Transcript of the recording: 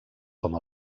com